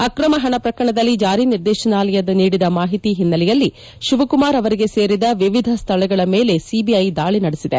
ಆಕ್ರಮ ಪಣ ಪ್ರಕರಣದಲ್ಲಿ ಜಾರಿ ನಿರ್ದೇಶನಾಲಯ ನೀಡಿದ ಮಾಹಿತಿ ಓನ್ನೆಲೆಯಲ್ಲಿ ಶಿವಕುಮಾರ್ ಅವರಿಗೆ ಸೇರಿದ ವಿವಿಧ ಸ್ಥಳಗಳ ಮೇಲೆ ಸಿಐಐ ದಾಳಿ ನಡೆದಿದೆ